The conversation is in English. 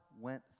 went